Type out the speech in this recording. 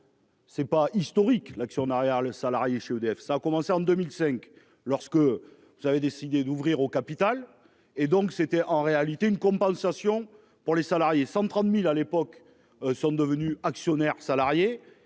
C'est pas historique l'actionnariat le salarié chez EDF. Ça a commencé en 2005 lorsque vous avez décidé d'ouvrir au capital et donc c'était en réalité une compensation pour les salariés, 130.000 à l'époque sont devenus actionnaires salariés